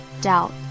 doubt